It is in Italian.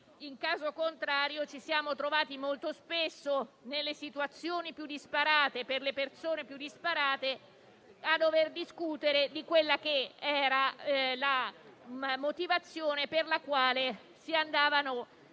in caso contrario, ci siamo trovati molto spesso nelle situazioni più disparate e per le persone più disparate a dover discutere della motivazione per la quale si facevano